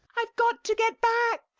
i've got to get back.